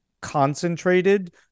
concentrated